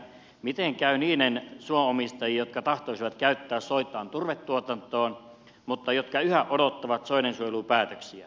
miten käy niiden suonomistajien jotka tahtoisivat käyttää soitaan turvetuotantoon mutta jotka yhä odottavat soidensuojelupäätöksiä